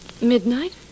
Midnight